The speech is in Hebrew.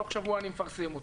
תוך שבוע הוא מפרסם אותם.